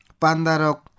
Pandarok